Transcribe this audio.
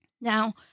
Now